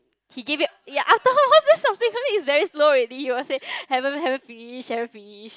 he give it ya after all then subsequently is very slow already he will say haven't haven't finish haven't finish